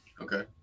Okay